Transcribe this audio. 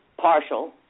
partial